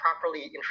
properly